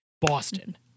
Boston